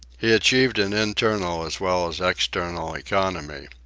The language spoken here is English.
he achieved an internal as well as external economy.